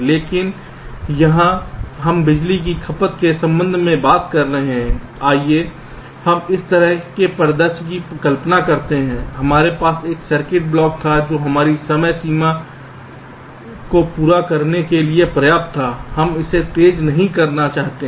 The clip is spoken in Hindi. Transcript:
लेकिन यहां हम बिजली की खपत के संबंध में बात कर रहे हैं आइए हम इस तरह के परिदृश्य की कल्पना करते हैं हमारे पास एक सर्किट ब्लॉक था जो हमारी समय सीमा को पूरा करने के लिए पर्याप्त था हम इसे तेज नहीं करना चाहते हैं